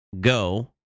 go